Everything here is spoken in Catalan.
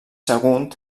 sagunt